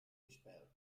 gesperrt